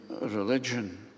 religion